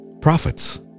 prophets